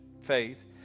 faith